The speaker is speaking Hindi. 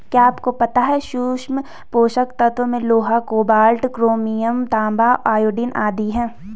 क्या आपको पता है सूक्ष्म पोषक तत्वों में लोहा, कोबाल्ट, क्रोमियम, तांबा, आयोडीन आदि है?